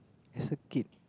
it's so cute